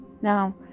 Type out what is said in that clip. Now